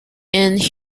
and